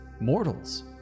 mortals